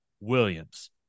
Williams